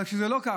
זה לא ככה.